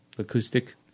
Acoustic